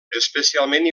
especialment